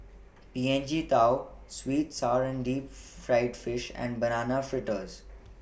P N G Tao Sweet Sour and Deep Fried Fish and Banana Fritters